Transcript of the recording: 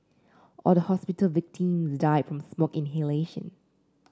all the hospital victims died from smoke inhalation